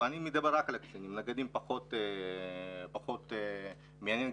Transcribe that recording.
נגדים פחות מעניין,